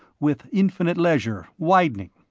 with infinite leisure, widening.